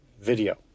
Video